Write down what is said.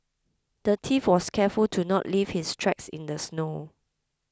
the thief was careful to not leave his tracks in the snow